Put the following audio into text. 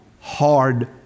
hard